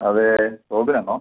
അതേ റോബിനാണോ